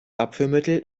abführmittel